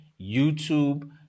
YouTube